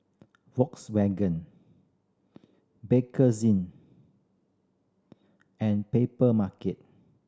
Volkswagen Bakerzin and Papermarket